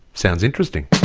sounds interesting.